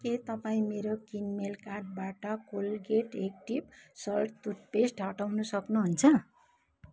के तपाईँ मेरो किनमेल कार्टबाट कोलगेट एक्टिभ सल्ट टुथपेस्ट हटाउन सक्नुहुन्छ